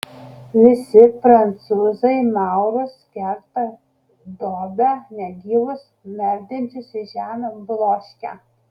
visi prancūzai maurus kerta dobia negyvus merdinčius į žemę bloškia